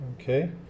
Okay